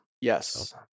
Yes